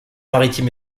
maritime